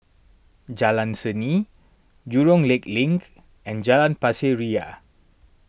Jalan Seni Jurong Lake Link and Jalan Pasir Ria